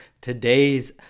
Today's